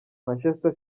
manchester